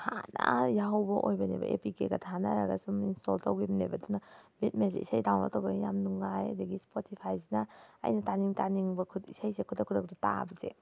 ꯍꯥꯟꯅ ꯌꯥꯎꯍꯧꯕ ꯑꯣꯏꯕꯅꯦꯕ ꯑꯦ ꯄꯤ ꯀꯦꯗ ꯊꯥꯅꯔꯒ ꯁꯨꯝ ꯏꯟꯁꯇꯣꯜ ꯇꯧꯈꯤꯕꯅꯦꯕ ꯑꯗꯨꯅ ꯕꯤꯠꯃꯦꯠꯁꯦ ꯏꯁꯩ ꯗꯥꯎꯟꯂꯣꯗ ꯇꯧꯕ ꯌꯥꯝ ꯅꯨꯡꯉꯥꯏ ꯑꯗꯒꯤ ꯏꯁꯄꯣꯇꯤꯐꯥꯏꯁꯤꯅ ꯑꯩꯅ ꯇꯥꯅꯤꯡ ꯇꯥꯅꯤꯡꯕ ꯏꯁꯩꯁꯦ ꯈꯨꯗꯛ ꯈꯨꯗꯛꯇ ꯇꯥꯕꯁꯦ